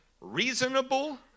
reasonable